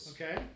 Okay